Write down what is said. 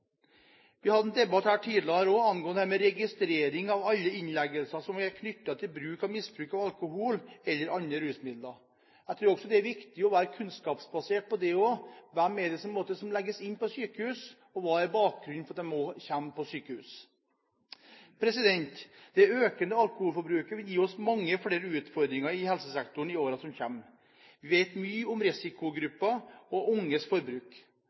Vi hadde også en debatt tidligere om registrering av alle innleggelser som er knyttet til bruk eller misbruk av alkohol eller andre rusmidler. Jeg tror det er viktig å være kunnskapsbasert på det også. Hvem er det som legges inn på sykehus, og hva er bakgrunnen for at de kommer på sykehus? Det økende alkoholforbruket vil gi oss mange flere utfordringer i helesektoren i årene som kommer. Vi vet mye om risikogrupper og unges forbruk.